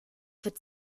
wird